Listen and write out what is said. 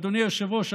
אדוני היושב-ראש,